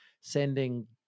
sending